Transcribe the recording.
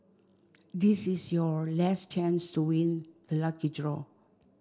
this is your last chance to win the lucky draw